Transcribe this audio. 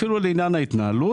אפילו לעניין ההתנהלות.